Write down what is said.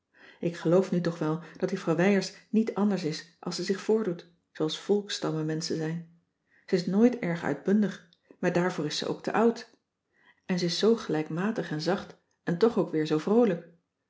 ik geloof nu toch wel dat juffrouw wijers niet anders is als ze zich voordoet zooals volksstammen menschen zijn ze is nooit erg uitbundig maar daarvoor is ze ook te oud en ze is cissy van marxveldt de h b s tijd van joop ter heul zoo gelijkmatig en zacht en toch ook weer zoo vroolijk